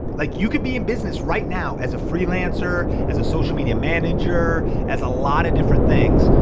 like you can be in business right now as a freelancer, as a social media manager, as a lot of different things.